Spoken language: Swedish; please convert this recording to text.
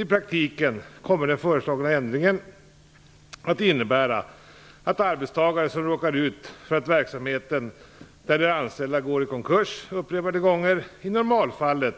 I praktiken kommer den föreslagna ändringen att innebära att arbetstagare som råkar ut för att verksamheten där de är anställda går i konkurs upprepade gånger i normalfallet